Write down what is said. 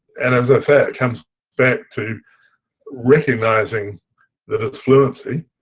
and as the affair comes back to recognizing the disfluency,